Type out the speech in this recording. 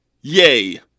Yay